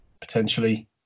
potentially